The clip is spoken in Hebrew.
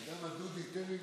אתה יודע מה, דודי?